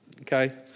okay